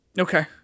okay